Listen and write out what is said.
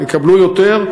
יקבלו יותר,